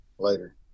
later